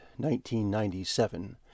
1997